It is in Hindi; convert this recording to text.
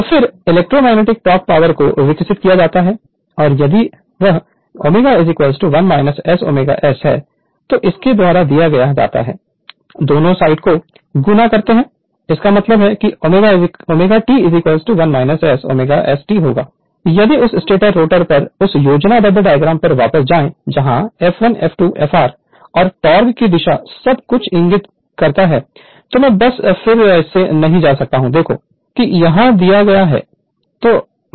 तोइलेक्ट्रोमैग्नेटिक टोक़ पावर को विकसित किया जाता है और यदि यह ω 1 S ω S है तो इसके द्वारा दिया जाता है दोनों साइड से को गुणा करते हैं इसका मतलब है कि ω T1 S ω S T होगा यदि उस स्टेटर रोटर पर उस योजनाबद्ध डायग्राम पर वापस जाएं जहां f 1 f 2 fr और टॉर्क की दिशा सब कुछ इंगित करता है तो मैं बस फिर से नहीं जा रहा हूं देखो कि यहाँ दिया गया है